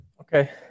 Okay